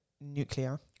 nuclear